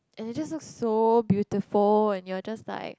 and it just look so beautiful and you are just like